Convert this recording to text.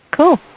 Cool